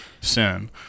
sin